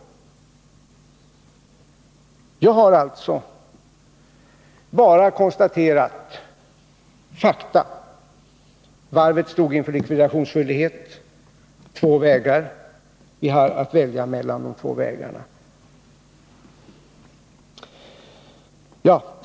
Jag har alltså bara konstaterat fakta. Varvet stod inför likvidationsskyldighet. Det finns två vägar, och vi har att välja mellan dem.